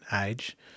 age